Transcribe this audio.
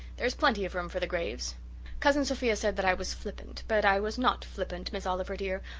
there is plenty of room for the graves cousin sophia said that i was flippant but i was not flippant, miss oliver, dear,